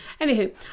Anywho